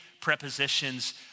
prepositions